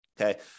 okay